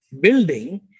building